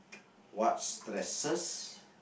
what's stresses